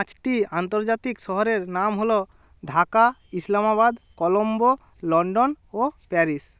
পাঁচটি আন্তর্জাতিক শহরের নাম হলো ঢাকা ইসলামাবাদ কলম্বো লন্ডন ও প্যারিস